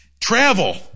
Travel